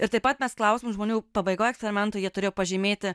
ir taip pat mes klausėm žmonių pabaigoj eksperimentų jie turėjo pažymėti